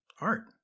art